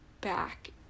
back